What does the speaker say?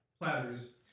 platters